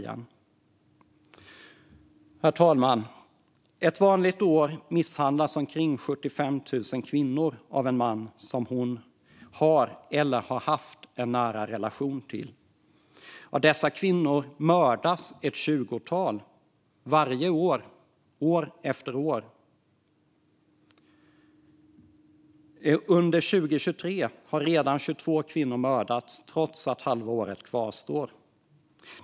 Herr talman! Ett vanligt år misshandlas omkring 75 000 kvinnor av en man som de har eller har haft en nära relation till. Av dessa kvinnor mördas ett tjugotal - varje år, år efter år. Under 2023 har redan 22 kvinnor mördats trots att halva året återstår.